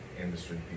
industry